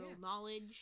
knowledge